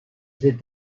cette